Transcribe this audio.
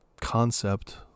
concept